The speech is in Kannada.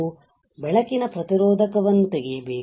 ನಾನು ಬೆಳಕಿನ ಪ್ರತಿರೋಧಕವನ್ನು ತೆಗೆಯಬೇಕು